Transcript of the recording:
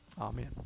Amen